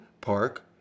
park